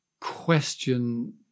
question